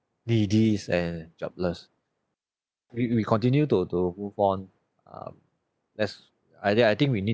needy and jobless we we continue to to move on um let's I think I think we need